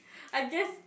I guess